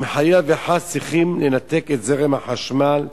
אם חלילה וחס צריכים לנתק את זרם החשמל,